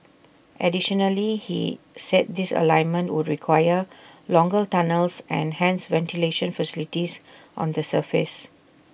additionally he said this alignment would require longer tunnels and hence ventilation facilities on the surface